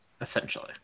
Essentially